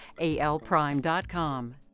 ALPrime.com